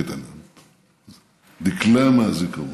דקלם מהזיכרון.